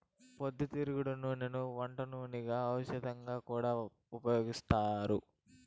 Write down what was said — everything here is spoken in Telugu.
పొద్దుతిరుగుడు నూనెను వంట నూనెగా, ఔషధంగా కూడా ఉపయోగిత్తారు